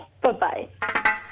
Bye-bye